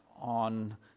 on